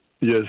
Yes